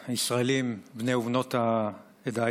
ישראלים בני ובנות העדה האתיופית,